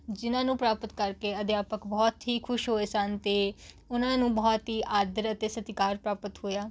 ਜਿਹਨਾਂ ਨੂੰ ਪ੍ਰਾਪਤ ਕਰਕੇ ਅਧਿਆਪਕ ਬਹੁਤ ਹੀ ਖੁਸ਼ ਹੋਏ ਸਨ ਅਤੇ ਉਹਨਾਂ ਨੂੰ ਬਹੁਤ ਹੀ ਆਦਰ ਅਤੇ ਸਤਿਕਾਰ ਪ੍ਰਾਪਤ ਹੋਇਆ